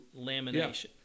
lamination